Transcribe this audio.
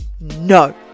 no